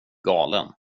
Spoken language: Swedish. galen